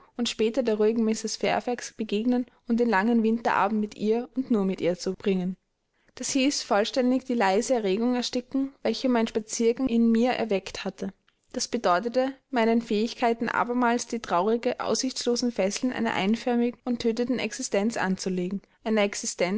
und später der ruhigen mrs fairfax begegnen und den langen winterabend mit ihr und nur mit ihr zubringen das hieß vollständig die leise erregung ersticken welche mein spaziergang in mir erweckt hatte das bedeutete meinen fähigkeiten abermals die traurig aussichtslosen fesseln einer einförmigen und tötenden existenz anzulegen